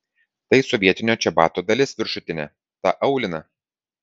tai sovietinio čebato dalis viršutinė ta aulina